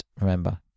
remember